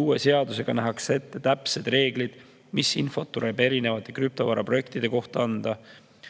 Uue seadusega nähakse ette nüüd täpsed reeglid, mis infot tuleb erinevate krüptovaraprojektide kohta anda,